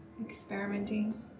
experimenting